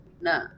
nah